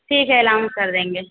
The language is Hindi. ठीक है अलाउंस कर देंगे